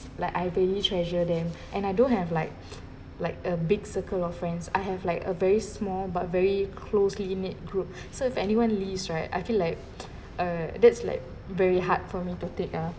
like I really treasure them and I don't have like like a big circle of friends I have like a very small but very closely knit group so if anyone least right I feel like err that's like very hard for me to take ah